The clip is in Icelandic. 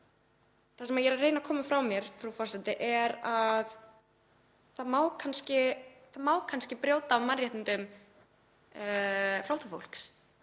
Það sem ég er að reyna að koma frá mér er að það má kannski brjóta á mannréttindum flóttafólks.